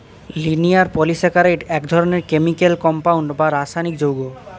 linear polysaccharide এক ধরনের chemical compound বা রাসায়নিক যৌগ